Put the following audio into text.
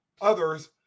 others